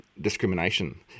discrimination